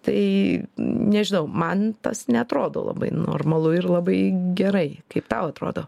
tai nežinau man tas neatrodo labai normalu ir labai gerai kaip tau atrodo